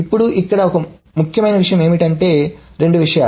ఇప్పుడు ఇక్కడ ఒక ముఖ్యమైన విషయం ఏమిటంటే రెండు విషయాలు